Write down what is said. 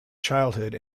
childhood